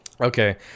okay